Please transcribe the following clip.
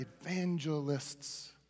evangelists